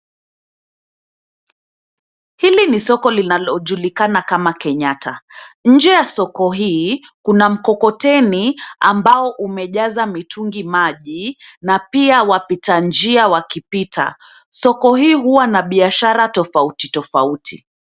Hili ni soko linalojulikana kama Kenyatta. Nje ya soko hii kuna mkokoteni, ambao umejaza mitungi maji, na pia wapita njia wakipita. Soko hii hua na biashara tofauti, tofauti.